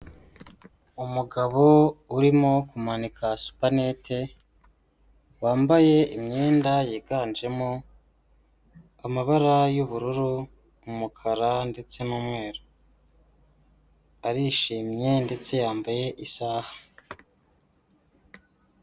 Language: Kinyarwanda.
Umugabo urimo kumanika supanete, wambaye imyenda yiganjemo amabara y'ubururu, umukara ndetse n'umweru, arishimye ndetse yambaye isaha.